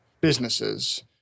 businesses